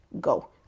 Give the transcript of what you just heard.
go